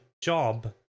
job